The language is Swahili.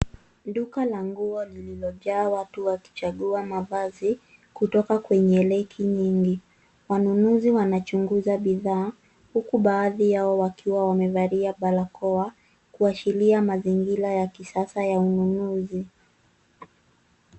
Duka la nguo lililojaa watu wakichagua mavazi, kutoka kwenye reki nyingi. Wanunuzi wanachunguza bidhaa, huku baadhi yao wakiwa wamevalia barakoa, kuashiria mazingira ya kisasa ya ununuzi.